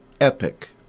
epic